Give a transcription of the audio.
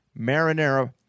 marinara